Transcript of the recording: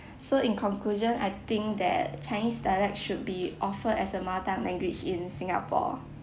so in conclusion I think that chinese dialect should be offered as a mother tongue language in singapore